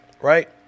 right